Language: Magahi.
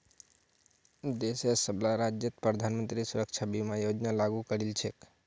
देशेर सबला राज्यत प्रधानमंत्री सुरक्षा बीमा योजना लागू करील छेक